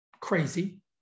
crazy